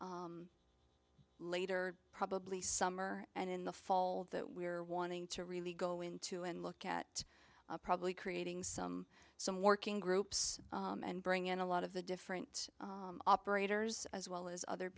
later probably summer and in the fall that we're wanting to really go into and look at probably creating some some working groups and bring in a lot of the different operators as well as other